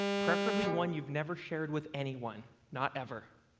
preferably, one you have never shared with anyone, not ever.